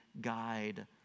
guide